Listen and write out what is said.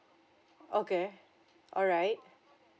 okay alright